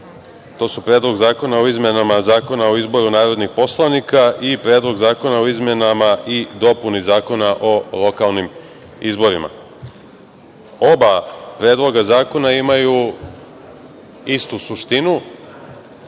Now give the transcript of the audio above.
to su: Predlog zakona o izmenama Zakona o izboru narodnih poslanika i Predlog zakona o izmenama i dopuni Zakona o lokalnim izborima. Oba predloga zakona imaju istu suštinu.